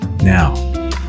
Now